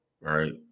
Right